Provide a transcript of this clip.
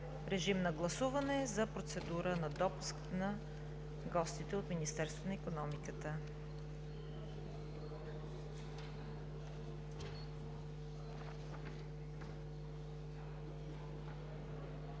режим на гласуване за допуск на гостите от Министерството на икономиката.